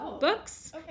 books